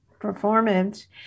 performance